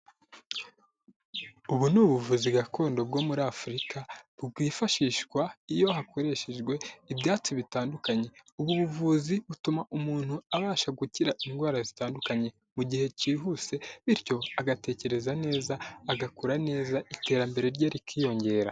Ubu ni ubuvuzi gakondo bwo muri Afurika bwifashishwa iyo hakoreshejwe ibyatsi bitandukanye, ubu buvuzi butuma umuntu abasha gukira indwara zitandukanye mu gihe cyihuse, bityo agatekereza neza agakora neza iterambere rye rikiyongera.